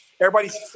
everybody's